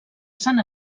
sant